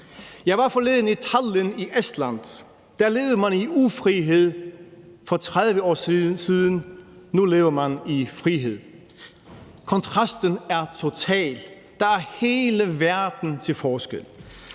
Jeg var forleden i Tallinn i Estland. Der levede man i ufrihed for 30 år siden. Nu lever man i frihed. Kontrasten er total. Der er hele verden til forskel,